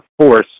force